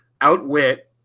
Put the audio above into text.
outwit